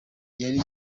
yari